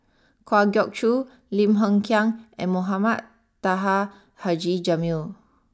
Kwa Geok Choo Lim Hng Kiang and Mohamed Taha Haji Jamil